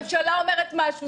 הממשלה אומרת משהו,